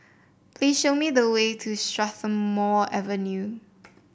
please show me the way to Strathmore Avenue